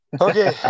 Okay